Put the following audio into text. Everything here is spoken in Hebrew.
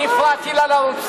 אני הפרעתי לה לרוץ,